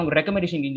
Recommendation